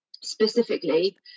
specifically